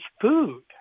food